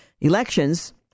Elections